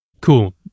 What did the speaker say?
cool